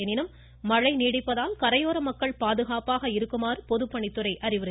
எனினும் மழை நீடிப்பதால் கரையோர மக்கள் பாதுகாப்பாக இருக்குமாறு பொதுப்பணித்துறை அறிவித்துள்ளது